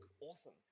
awesome